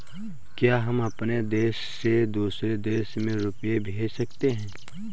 क्या हम अपने देश से दूसरे देश में रुपये भेज सकते हैं?